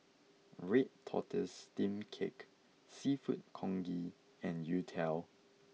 Red Tortoise Steamed Cake Seafood Congee and Youtiao